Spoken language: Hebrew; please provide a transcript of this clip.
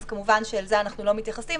אז כמובן שאל זה אנחנו לא מתייחסים.